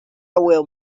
will